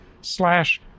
slash